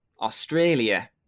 Australia